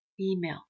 email